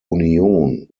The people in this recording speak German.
union